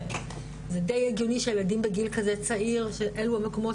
זה די הגיוני בגיל כזה צעיר שאלו המקומות